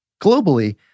Globally